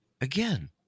Again